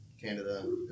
Canada